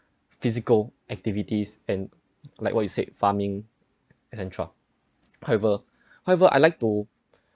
physical activities and like what you said farming et cetera however however I like to